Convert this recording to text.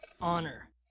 Honor